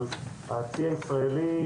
אבל הצי הישראלי,